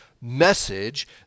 message